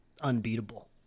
unbeatable